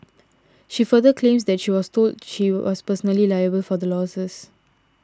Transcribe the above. she further claims that she was told she was personally liable for the losses